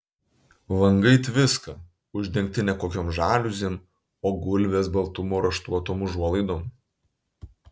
langai tviska uždengti ne kokiom žaliuzėm o gulbės baltumo raštuotom užuolaidom